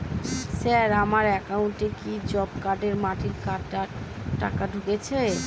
Sir আমার একাউন্টে কি জব কার্ডের মাটি কাটার টাকা ঢুকেছে?